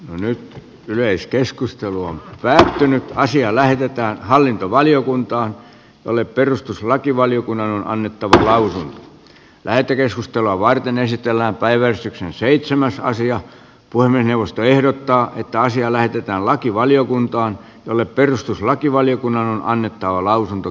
nyt yleiskeskustelu on päätynyt asia lähetetään hallintovaliokuntaan jolle perustuslakivaliokunnan on annettu lähetekeskustelua varten esitellään päivän seitsemästä asian puiminen puhemiesneuvosto ehdottaa että asia lähetetään lakivaliokuntaan jolle perustuslakivaliokunnan on annettava lausunto